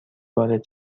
وارد